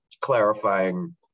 clarifying